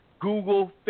Google